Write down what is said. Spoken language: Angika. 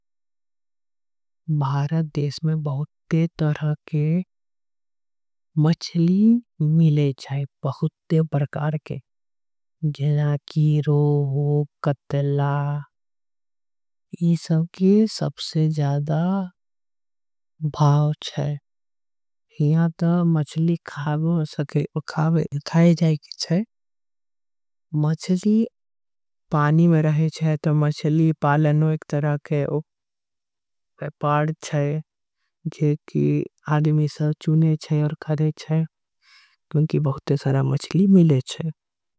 बारत देश में बहुत्ते तरह के मचली मिले चाए। बहुत्ते बरकार के जिना, कीरो, कतला, इसव। के सबसे ज़्यादा भाव चाए हियां तो मचली खाब। हो सके उखाबे खाये जाए की चाए मचली पानी। में रहे चाए तो मचली पालनो एक तरह के पैपार। चाए जे की आदमी सब चूने चाए और खारे चाए। तो उनकी बहुत्ते सरा मचली मिले चाए।